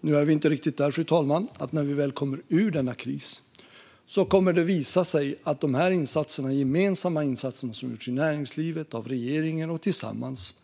Nu är vi inte riktigt där, fru talman, men jag tror att när vi väl kommer ur denna kris kommer det att visa sig att det svenska näringslivet, tack vare de gemensamma insatser som gjorts av näringslivet och regeringen tillsammans,